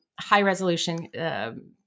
high-resolution